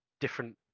different